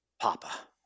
Papa